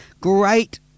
great